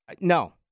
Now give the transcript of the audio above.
no